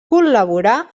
col·laborà